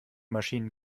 maschinen